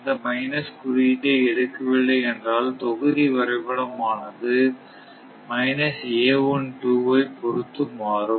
இந்த மைனஸ் குறியீட்டை எடுக்கவில்லை என்றால் தொகுதி வரைபடம் ஆனது ஐ பொருத்து மாறும்